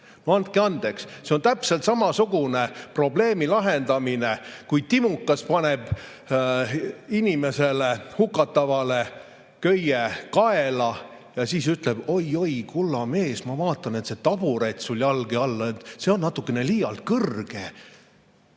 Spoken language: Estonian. andke andeks, see on täpselt samasugune probleemi lahendamine, kui timukas paneb hukatavale köie kaela ja siis ütleb: "Oi-oi, kulla mees, ma vaatan, et see taburet sul jalge all on natukene liiga kõrge."